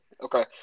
Okay